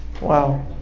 Wow